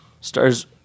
Stars